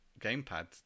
gamepads